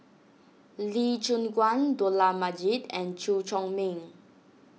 Lee Choon Guan Dollah Majid and Chew Chor Meng